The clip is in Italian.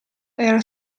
era